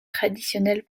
traditionnels